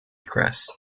crests